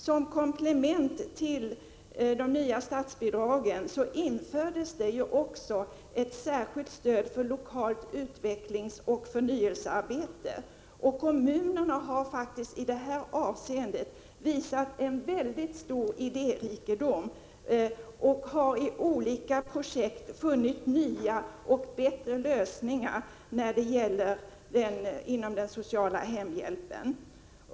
Som komplement till de nya statsbidragen infördes det också ett särskilt stöd för lokalt utvecklingsoch förnyelsearbete, och kommunerna har faktiskt i det här avseendet visat en väldigt stor idérikedom och i olika projekt funnit nya och bättre lösningar inom den sociala hemhjälpen.